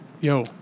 Yo